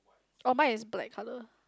oh mine is black colour